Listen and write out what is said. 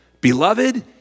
Beloved